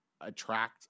attract